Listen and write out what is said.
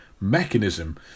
mechanism